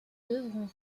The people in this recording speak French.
devront